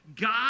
God